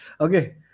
Okay